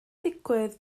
digwydd